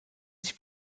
sich